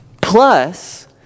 Plus